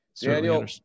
Daniel